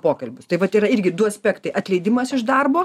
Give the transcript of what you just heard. pokalbius tai vat yra irgi du aspektai atleidimas iš darbo